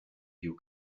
your